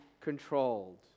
controlled